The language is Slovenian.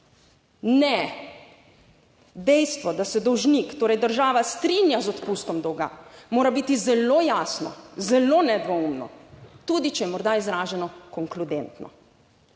Ne, dejstvo, da se dolžnik, torej država strinja z odpustom dolga, mora biti zelo jasno, zelo nedvoumno, tudi če je morda izraženo konkludentno.